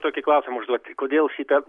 tokį klausimą užduoti kodėl šita